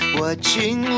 watching